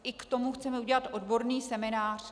I k tomu chceme udělat odborný seminář.